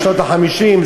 בשנות ה-50,